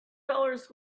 dollars